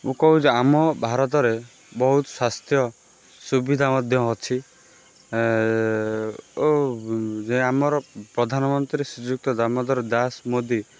ମୁଁ କହୁଛି ଆମ ଭାରତରେ ବହୁତ ସ୍ୱାସ୍ଥ୍ୟ ସୁବିଧା ମଧ୍ୟ ଅଛି ଓ ଯେ ଆମର ପ୍ରଧାନ ମନ୍ତ୍ରୀ ଶ୍ରୀଯୁକ୍ତ ଦାମୋଦର ଦାସ ମୋଦି